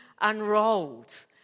unrolled